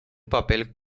papel